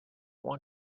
want